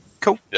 Cool